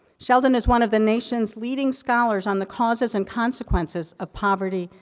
sheldon is one of the nation's leading scholars on the causes and consequences of poverty,